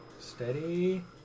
Steady